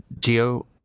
Geo